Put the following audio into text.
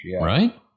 right